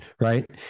right